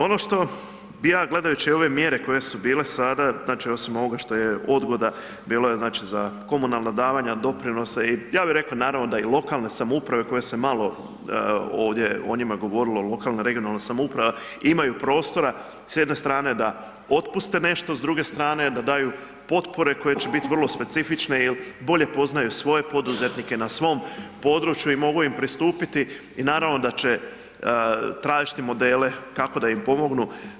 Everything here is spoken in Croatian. Ono što bi ja gledajući ove mjere koje su bile sada osim ovoga što je odgoda, bilo je za komunalna davanja, doprinose, ja bih rekao naravno da i lokalne samouprave koje se malo ovdje o njima govorilo o lokalnoj i regionalnoj samoupravi, imaju prostora s jedne strane da otpuste nešto, s druge strane da daju potpore koje će biti vrlo specifične jel bolje poznaju svoje poduzetnike na svom području i mogu im pristupiti i naravno da će tražiti modele kako da im pomognu.